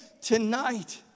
tonight